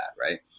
right